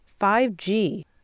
5G